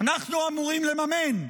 אנחנו אמורים לממן,